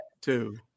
two